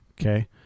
Okay